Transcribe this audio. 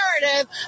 narrative